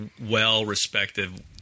well-respected